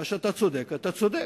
במה שאתה צודק אתה צודק,